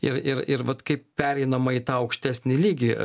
ir ir ir vat kaip pereinama į tą aukštesnį lygį